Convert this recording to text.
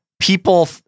People